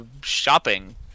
shopping